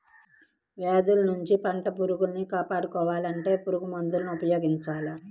వ్యాధుల్నించి పట్టుపురుగుల్ని కాపాడుకోవాలంటే పురుగుమందుల్ని ఉపయోగించాల